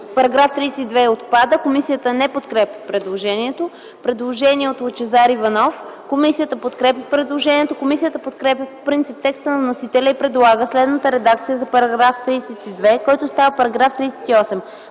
Параграф 41 отпада. Комисията не подкрепя предложението. Предложение от Лъчезар Иванов – комисията подкрепя предложението. Комисията подкрепя по принцип текста на вносителя и предлага следната редакция за § 41, който става § 46: „§ 46.